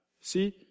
see